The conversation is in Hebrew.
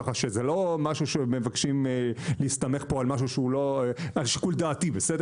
ככה שזה לא משהו שמבקשים להסתמך פה על משהו שהוא לא שיקול דעתי בסדר?